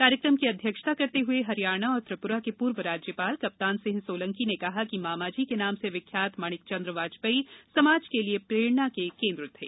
कार्यक्रम की अध्यक्ष्ता करते हुए हरियाणा और त्रिपुरा के पूर्व राज्यपाल कप्तान सिंह सोलंकी ने कहा कि मामाजी के नाम से विख्यात माणिकचंद्र वाजपेयी समाज के लिए प्रेरणा के केन्द्र थे